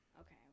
Okay